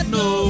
no